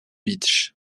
beach